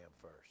first